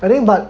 I think but